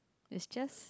is just